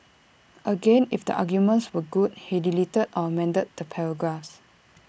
again if the arguments were good he deleted or amended the paragraphs